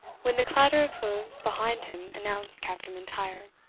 when the clatter of hoofs behind him announced captain mlntyre.